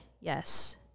yes